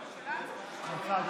תודה.